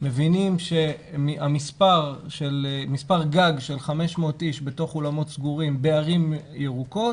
מבינים שמספר "גג" של 500 איש בתוך אולמות סגורים בערים ירוקות